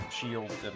shield